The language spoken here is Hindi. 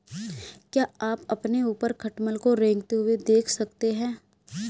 क्या आप अपने ऊपर खटमल को रेंगते हुए देख सकते हैं?